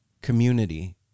community